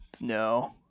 No